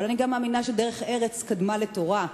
אבל אני גם מאמינה שדרך ארץ קדמה לתורה.